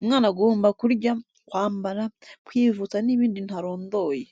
umwana agomba kurya, kwambara, kwivuza n'ibindi ntarondoye.